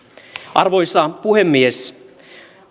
arvoisa puhemies